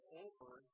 over